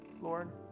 Lord